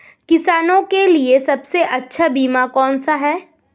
किसानों के लिए सबसे अच्छा बीमा कौन सा है?